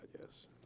yes